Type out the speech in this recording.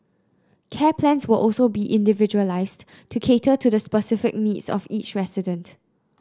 care plans will also be individualised to cater to the specific needs of each resident